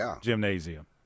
gymnasium